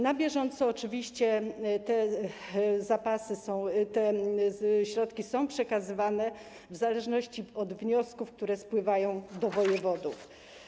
Na bieżąco oczywiście te środki są przekazywane, w zależności od wniosków, które spływają do wojewodów.